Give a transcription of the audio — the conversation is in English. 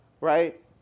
right